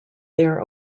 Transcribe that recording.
their